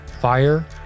Fire